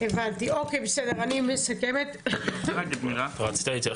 אני רוצה להשלים ולהשיב